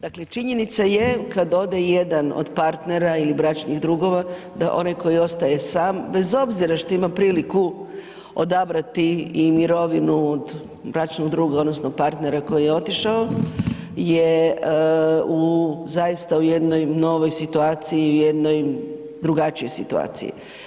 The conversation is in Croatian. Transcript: Dakle, činjenica je kad ode jedan od partnera ili bračnih drugova da onaj koji ostaje sam bez obzira što ima priliku odabrati i mirovinu od bračnog druga odnosno partnera koji je otišao je u zaista u jednoj novoj situaciji u jednoj drugačijoj situaciji.